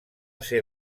ser